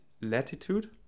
latitude